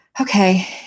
okay